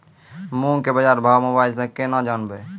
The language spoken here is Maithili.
मूंग के बाजार भाव मोबाइल से के ना जान ब?